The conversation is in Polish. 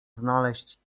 znaleźć